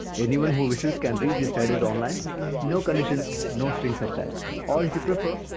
anyone who wishes can read these titles online no conditions, no strings attached. or, if you prefer,